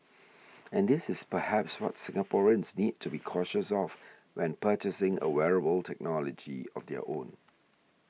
and this is perhaps what Singaporeans need to be cautious of when purchasing a wearable technology of their own